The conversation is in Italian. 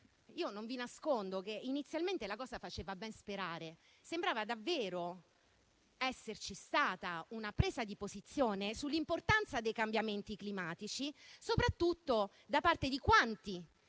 Io non vi nascondo che inizialmente la cosa faceva ben sperare, sembrava davvero esserci stata una presa di posizione sull'importanza dei cambiamenti climatici, soprattutto da parte di quanti